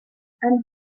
and